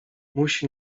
musi